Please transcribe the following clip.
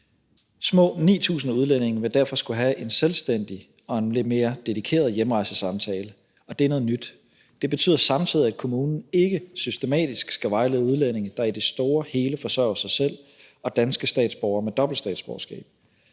Små 9.000 udlændinge vil derfor skulle have en selvstændig og en lidt mere dedikeret hjemrejsesamtale, og det er noget nyt. Det betyder samtidig, at kommunen ikke systematisk skal vejlede udlændinge, der i det store hele forsørger sig selv, og danske statsborgere med dobbelt statsborgerskab.